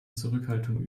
zurückhaltung